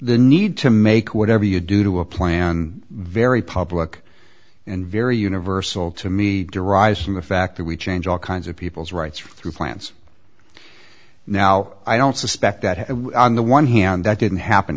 the need to make whatever you do to a plan very public and very universal to me derives from the fact that we change all kinds of peoples rights through plants now i don't suspect that on the one hand that didn't happen